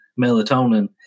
melatonin